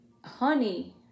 honey